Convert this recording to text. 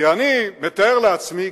כי אני מתאר לעצמי,